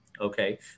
okay